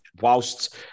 whilst